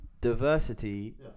diversity